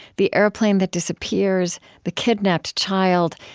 the airplane that disappears, the kidnapped child,